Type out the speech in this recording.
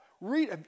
Read